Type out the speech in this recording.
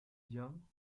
young